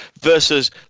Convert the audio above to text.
versus